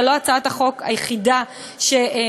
זאת לא הצעת החוק היחידה שמתחילה,